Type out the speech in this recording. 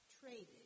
traded